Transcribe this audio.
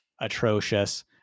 atrocious